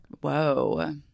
whoa